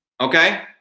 Okay